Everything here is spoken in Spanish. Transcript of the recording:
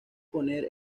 poner